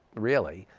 really.